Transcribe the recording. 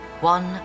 one